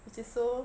which is so